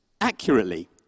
accurately